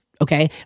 okay